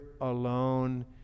alone